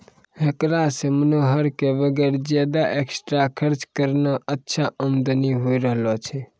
हेकरा सॅ मनोहर कॅ वगैर ज्यादा एक्स्ट्रा खर्च करनॅ अच्छा आमदनी होय रहलो छै